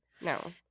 No